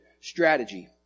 strategy